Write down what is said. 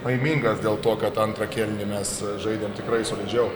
laimingas dėl to kad antrą kėlinį mes žaidėm tikrai solidžiau